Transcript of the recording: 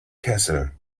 kessel